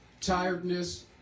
tiredness